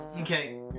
Okay